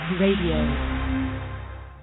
Radio